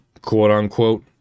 quote-unquote